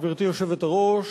גברתי היושבת-ראש,